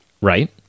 Right